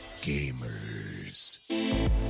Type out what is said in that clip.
gamers